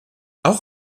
auch